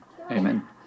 Amen